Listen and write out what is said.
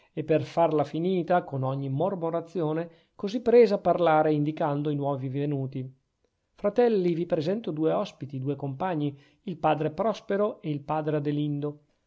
e per farla finita con ogni mormorazione così prese a parlare indicando i nuovi venuti fratelli vi presento due ospiti due compagni il padre prospero e il padre adelindo